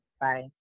Bye